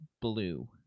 Blue